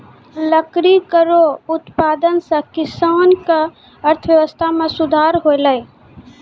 लकड़ी केरो उत्पादन सें किसानो क अर्थव्यवस्था में सुधार हौलय